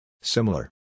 Similar